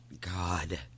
God